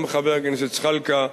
גם חבר הכנסת זחאלקה אמר,